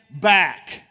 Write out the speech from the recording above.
back